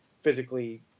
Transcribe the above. physically